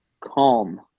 calm